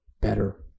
better